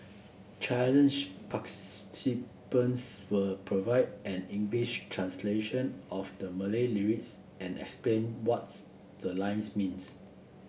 challenge participants will provide an English translation of the Malay lyrics and explain what's the lines means